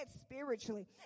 spiritually